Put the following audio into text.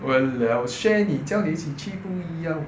!walao! share 你叫你一起不要